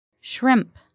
Shrimp